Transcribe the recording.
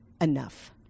enough